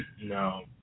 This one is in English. No